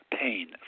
pain